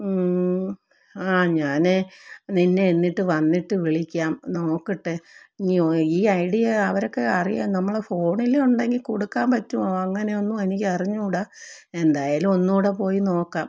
ആ ഞാന് നിന്നെ എന്നിട്ട് വന്നിട്ട് വിളിക്കാം നോക്കട്ടെ ഇനി ഈ ഐഡിയ അവരൊക്കെ അറിയാം നമ്മളെ ഫോണില് ഉണ്ടെങ്കില് കൊടുക്കാന് പറ്റുമോ അങ്ങനെയൊന്നും എനിക്കറിഞ്ഞൂടാ എന്തായാലും ഒന്നൂടെ പോയി നോക്കാം